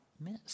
miss